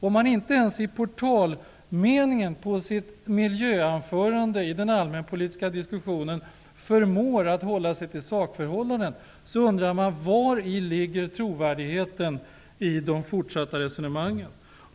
Om man inte ens i portalmeningen i sitt miljöanförande i den allmänpolitiska debatten förmår att hålla sig till sakförhållandet, undrar jag var trovärdigheten finns i de fortsatta resonemangen.